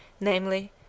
namely